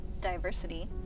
diversity